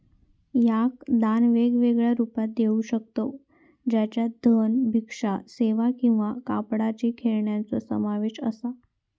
याक दान वेगवेगळ्या रुपात घेऊ शकतव ज्याच्यात धन, भिक्षा सेवा किंवा कापडाची खेळण्यांचो समावेश असा